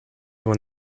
when